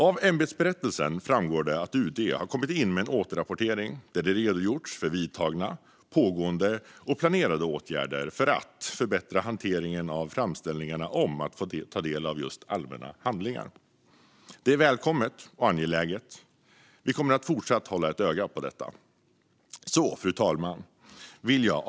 Av ämbetsberättelsen framgår det att UD har kommit in med en återrapportering där det redogjorts för vidtagna, pågående och planerade åtgärder för att förbättra hanteringen av framställningar om att få ta del av allmänna handlingar. Det är välkommet och angeläget. Vi kommer att fortsätta att hålla ett öga på detta. Fru talman!